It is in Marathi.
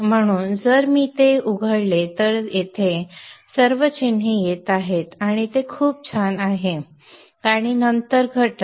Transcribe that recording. म्हणून जर मी ते उघडले तर ते सर्व येथे चिन्हे येत आहेत आणि ते खूप छान आहे आणि नंतर घटक